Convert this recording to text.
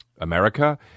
america